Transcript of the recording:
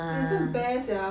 你是 bear sia